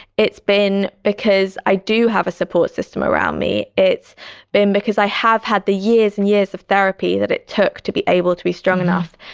it's been because i do have a support system around me. it's been because i have had the years and years of therapy that it took to be able to be strong enough,